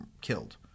killed